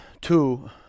two